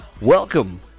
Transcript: Welcome